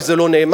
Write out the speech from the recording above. אולי זה לא נאמר,